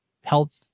health